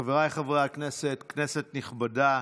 חבריי חברי הכנסת, כנסת נכבדה,